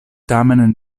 tamen